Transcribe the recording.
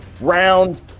round